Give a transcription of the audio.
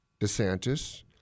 DeSantis